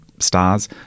stars